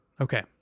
okay